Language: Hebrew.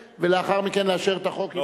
ולאחר מכן לאשר את החוק עם ההסתייגות.